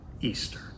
Easter